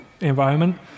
environment